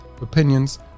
opinions